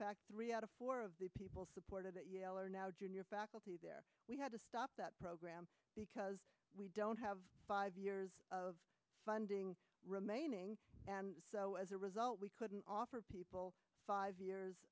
fact three out of four of the people supported that yellow are now junior faculty there we had to stop that program because we don't have five years of funding remaining and so as a result we couldn't offer people five years